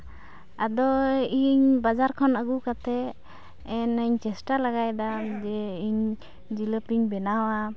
ᱟᱫᱚ ᱤᱧ ᱵᱟᱡᱟᱨ ᱠᱷᱚᱱ ᱟᱹᱜᱩ ᱠᱟᱛᱮᱫ ᱤᱧ ᱪᱮᱥᱴᱟ ᱞᱮᱜᱟᱭᱫᱟ ᱡᱮ ᱤᱧ ᱡᱤᱞᱟᱹᱯᱤᱧ ᱵᱮᱱᱟᱣᱟ